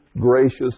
gracious